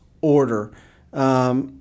order –